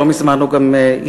ולא מזמן הוא גם השתחרר.